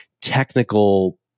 technical